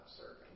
serving